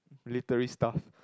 military stuff